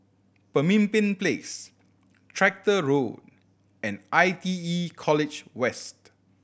Pemimpin Place Tractor Road and I T E College West